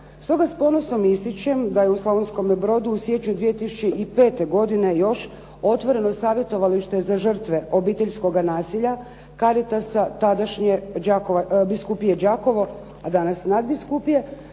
Stoga s ponosom ističem da je u Slavonskome brodu u siječnju 2005. godine još otvoreno i Savjetovalište za žrtve obiteljskog nasilja Caritasa, tadašnje biskupije Đakovo, a danas nadbiskupije,